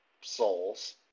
Souls